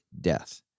death